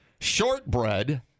shortbread